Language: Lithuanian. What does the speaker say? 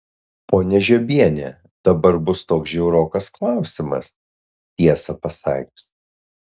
ponia žiobiene dabar bus toks žiaurokas klausimas tiesą pasakius